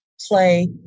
play